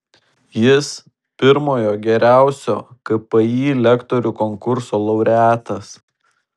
jis pirmojo geriausio kpi lektorių konkurso laureatas